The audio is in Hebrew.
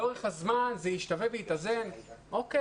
לאורך הזמן זה ישתווה ויתאזן בסדר,